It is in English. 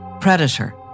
Predator